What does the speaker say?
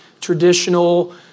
traditional